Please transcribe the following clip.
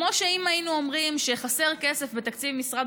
זה כמו שהיינו אומרים שחסר כסף בתקציב משרד